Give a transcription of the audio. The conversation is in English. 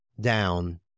down